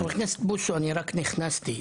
חבר הכנסת בוסו, אני רק נכנסתי.